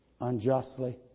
unjustly